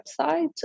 website